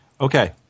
Okay